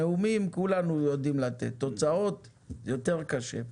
נאומים כולנו יודעים לתת אבל תוצאות יותר קשה.